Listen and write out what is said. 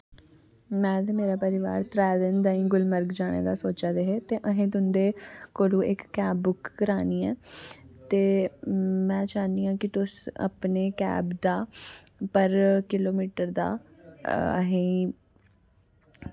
में ते मेरा परोआर त्रै दिन ताहीं गुलमर्ग जानै दी सोचा दे हे ते असें तुं'दे कोला इक्क कैब बुक करानी ऐ ते में चाह्न्नी आं कि तुस अपनी कैब दा पर किलो मीटर दा असें गी